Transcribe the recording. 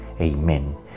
amen